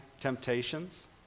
temptations